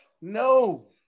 No